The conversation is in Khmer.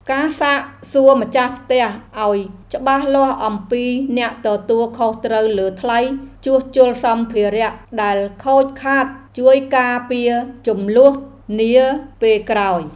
ការសាកសួរម្ចាស់ផ្ទះឱ្យច្បាស់លាស់អំពីអ្នកទទួលខុសត្រូវលើថ្លៃជួសជុលសម្ភារៈដែលខូចខាតជួយការពារជម្លោះនាពេលក្រោយ។